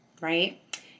right